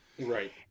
Right